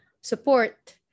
support